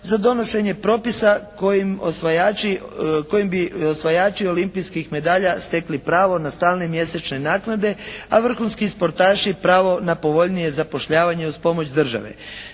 kojim osvajači, kojim bi osvajači olimpijskih medalja stekli pravo na stalne mjesečne naknade, a vrhunski sportaši pravo na povoljnije zapošljavanje uz pomoć države.